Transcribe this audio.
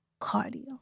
Cardio